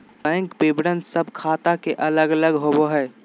bank विवरण सब ख़ाता के अलग अलग होबो हइ